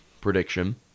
prediction